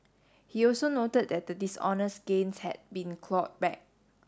he also noted that the dishonest gains had been clawed back